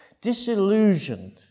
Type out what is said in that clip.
disillusioned